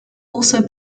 also